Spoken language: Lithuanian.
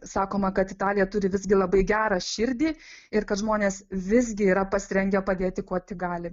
sakoma kad italija turi visgi labai gerą širdį ir kad žmonės visgi yra pasirengę padėti kuo tik gali